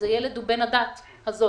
אז הילד הוא בן הדת הזאת.